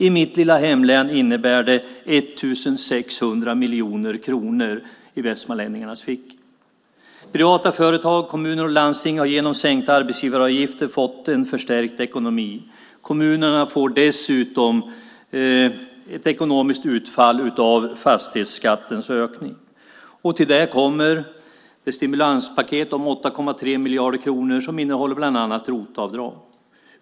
I mitt lilla hemlän innebär det 1 600 miljoner kronor i västmanlänningarnas fickor. Privata företag, kommuner och landsting har genom sänkta arbetsgivaravgifter fått en förstärkt ekonomi. Kommunerna får dessutom ett ekonomiskt utfall av fastighetsskattens ökning. Till det kommer det stimulanspaket på 8,3 miljarder kronor som bland annat innehåller ROT-avdrag.